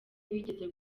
bigeze